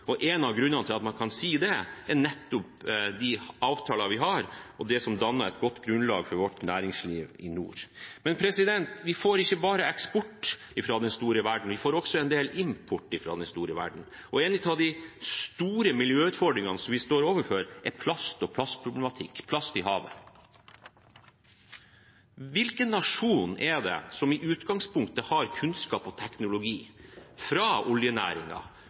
og en av grunnene til at man kan si det, er nettopp de avtaler vi har, og det som danner et godt grunnlag for vårt næringsliv i nord. Men vi får ikke bare eksport fra den store verden; vi får også en del import fra den store verden, og en av de store miljøutfordringene vi står overfor, er plast og plastproblematikk – plast i havet. Hvilken nasjon er det som i utgangspunktet har kunnskap og teknologi – fra